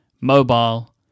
mobile